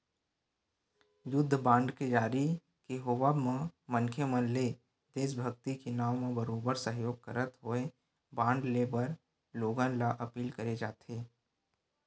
युद्ध बांड के जारी के होवब म मनखे मन ले देसभक्ति के नांव म बरोबर सहयोग करत होय बांड लेय बर लोगन ल अपील करे जाथे